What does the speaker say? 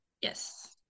yes